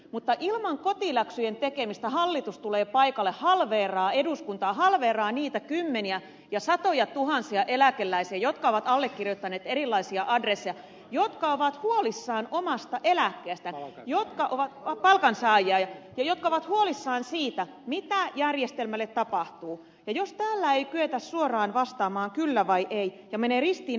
mutta ilman kotiläksyjen tekemistä hallitus tulee paikalle halveeraa eduskuntaa halveeraa niitä kymmeniä ja satojatuhansia palkansaajia jotka ovat allekirjoittaneet erilaisia adresseja ja jotka ovat huolissaan omasta eläkkeestään jotka ovat palkansaajia jotka ovat ja siitä mitä järjestelmälle tapahtuu ja täällä ei kyetä suoraan vastaamaan kyllä tai ei ja menevät ristiin määritelmät